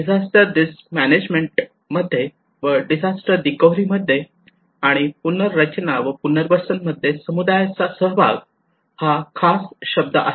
disaster risk management मध्ये व disaster recovery मध्ये आणि पुनर्रचना व पुनर्वसन मध्ये समुदायाचा सहभाग हा खास शब्द आहे